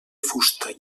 fusta